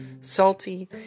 salty